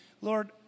Lord